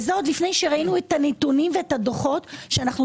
וזה עוד לפני שראינו את הנתונים והדוחות שאנחנו